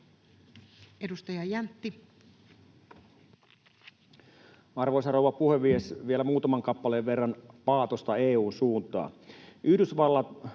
Content: Arvoisa rouva puhemies! Vielä muutaman kappaleen verran paatosta EU:n suuntaan.